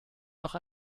noch